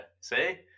see